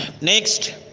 Next